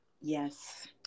Yes